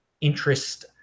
interest